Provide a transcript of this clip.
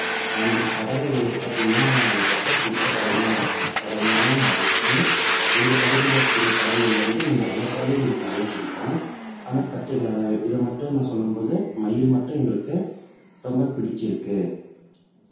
அந்த பறவை வந்து பார்த்திங்கனா ரொம்ப பிடித்த பறவையாக பறவையாகவும் மாறிடிச்சி எங்கள் பகுதியில் இருக்கக்கூடிய பறவைகள் வந்து இன்னும் நிறைய பறவைகள் எங்களுக்கு நிறையா பிடிக்கும் ஆனால் பட்ரி இதை மட்டும் நான் சொல்லும் போது மயில் மட்டும் எங்களுக்கு ரொம்ப பிடித்து இருக்குது